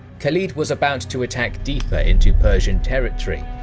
khalid was about to attack deeper into persian territory,